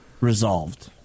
resolved